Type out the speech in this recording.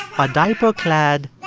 are diaper-clad